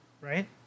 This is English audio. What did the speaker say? right